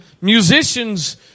musicians